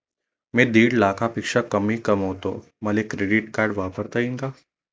मी दीड लाखापेक्षा कमी कमवतो, मले क्रेडिट कार्ड वापरता येईन का?